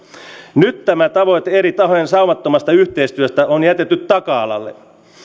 nyt tämä tavoite eri tahojen saumattomasta yhteistyöstä on jätetty taka alalle